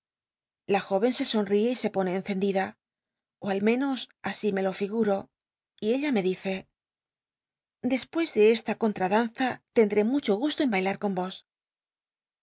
la l a jó en se sonric y se pone encendida ó al menos así me lo llguro y ella me dice dcspues de esta contradanza tendré mucho gusto en baila con vos